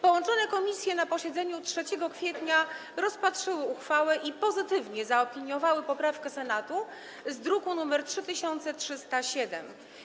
Połączone komisje na posiedzeniu 3 kwietnia rozpatrzyły uchwałę i pozytywnie zaopiniowały poprawkę Senatu, druk nr 3307.